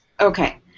Okay